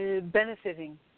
benefiting